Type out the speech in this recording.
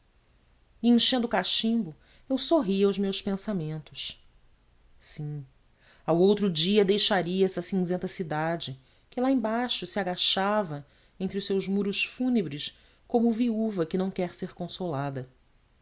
enchendo o cachimbo eu sorria aos meus pensamentos sim ao outro dia deixaria essa cinzenta cidade que lá embaixo se agachava entre os seus muros fúnebres como viúva que não quer ser consolada